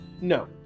No